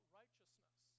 righteousness